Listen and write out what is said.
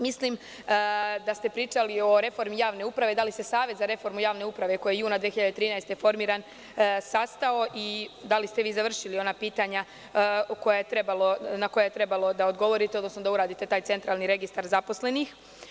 Mislim da ste pričali o reformi javne uprave, dali ste savet za reformu javne uprave koji je juna 2013. formiran i da li ste vi završili ona pitanja na koja je trebalo da odgovorite, odnosno da uradite taj centralni registar zaposlenih?